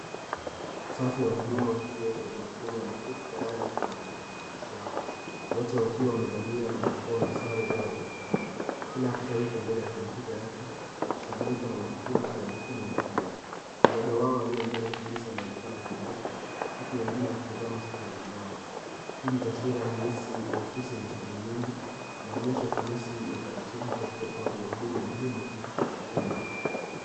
Safu ya wahudumu wa kituo cha huduma Kenya wameketi tayari kwenye madawati yao. Wote wakiwa wamevalia barakoa na sare zao za kikazi. Kila afisa yupo mbele ya kompyuta yake akishughulika na majukumu kwa umakini mkubwa. Mmoja wao aliye mbele kabisa anaonekana akiandika huku wengine wakitazama skrini zao. Hii ni taswira halisi ya ofisi yenye shughuli nyingi, inaonyesha ufanisi na utaratibu katika utoaji wa huduma muhimu kwa umma.